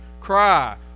cry